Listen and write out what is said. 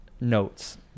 notes